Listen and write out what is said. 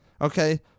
okay